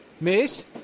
Miss